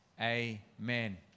Amen